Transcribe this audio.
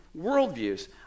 worldviews